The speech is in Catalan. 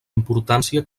importància